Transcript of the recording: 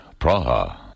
Praha